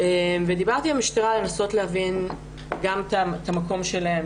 דיברתי עם המשטרה כדי לנסות להבין את המקום שלהם.